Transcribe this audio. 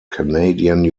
canadian